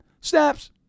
SNAPS